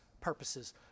purposes